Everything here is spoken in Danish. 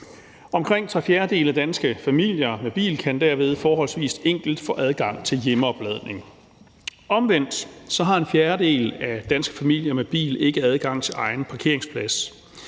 fjerdedele af danske familier med bil kan derved forholdsvis enkelt få adgang til hjemmeopladning. Omvendt har en fjerdedel af danske familier med bil ikke adgang til egen parkeringsplads.